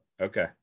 Okay